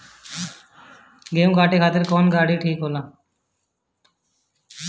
गेहूं काटे खातिर कौन गाड़ी ठीक होला?